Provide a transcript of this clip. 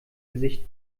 gesicht